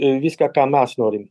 viską ką mes norim